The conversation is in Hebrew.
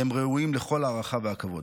והם ראויים לכל ההערכה והכבוד.